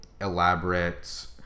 elaborate